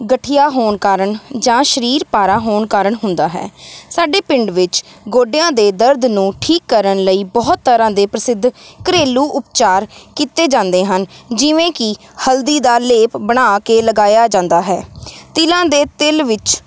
ਗਠੀਆ ਹੋਣ ਕਾਰਨ ਜਾਂ ਸਰੀਰ ਭਾਰਾ ਹੋਣ ਕਾਰਨ ਹੁੰਦਾ ਹੈ ਸਾਡੇ ਪਿੰਡ ਵਿੱਚ ਗੋਡਿਆਂ ਦੇ ਦਰਦ ਨੂੰ ਠੀਕ ਕਰਨ ਲਈ ਬਹੁਤ ਤਰ੍ਹਾਂ ਦੇ ਪ੍ਰਸਿੱਧ ਘਰੇਲੂ ਉਪਚਾਰ ਕੀਤੇ ਜਾਂਦੇ ਹਨ ਜਿਵੇਂ ਕਿ ਹਲਦੀ ਦਾ ਲੇਪ ਬਣਾ ਕੇ ਲਗਾਇਆ ਜਾਂਦਾ ਹੈ ਤਿਲਾਂ ਦੇ ਤੇਲ ਵਿੱਚ